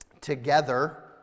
together